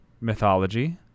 mythology